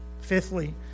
Fifthly